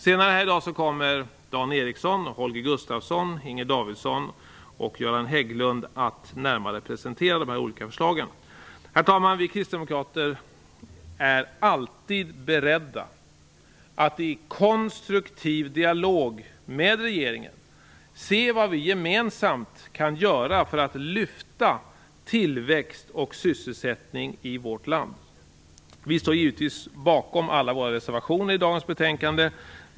Senare i dag kommer Dan Göran Hägglund att närmare presentera de olika förslagen. Herr talman! Vi kristdemokrater är alltid beredda att i konstruktiv dialog med regeringen se vad vi gemensamt kan göra för att öka tillväxt och sysselsättning i vårt land. Vi står givetvis bakom alla våra reservationer i dagens betänkande.